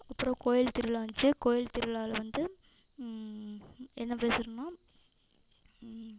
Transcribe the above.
அப்பறம் கோவில் திருவிழா வந்துச்சி கோவில் திருவிழாவில் வந்து என்ன ஸ்பெஷல்னா